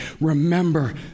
remember